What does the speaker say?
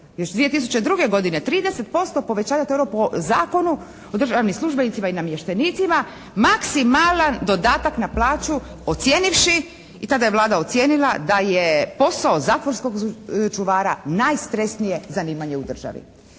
još 2002. godine 30% povećanja, to je ono po Zakonu o državnim službenicima i namještenicima, maksimalan dodatak na plaću, ocijenivši i tada je Vlada ocijenila da je posao zatvorskog čuvara najstresnije zanimanje u državi.